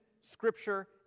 Scripture